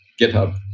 GitHub